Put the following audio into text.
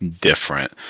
different